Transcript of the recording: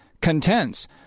contends